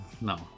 no